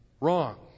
Wrong